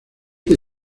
que